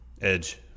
Edge